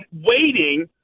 waiting